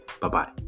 bye-bye